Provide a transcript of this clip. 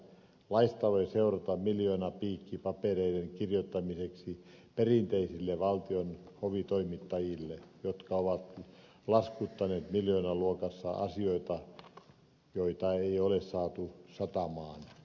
laista voi seurata miljoonapiikki papereiden kirjoittamisesta perinteisille valtion hovitoimittajille jotka ovat laskuttaneet miljoonaluokassa asioista joita ei ole saatu satamaan